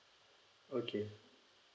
okay